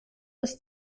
des